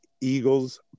Eagles